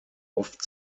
oft